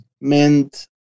meant